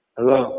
Hello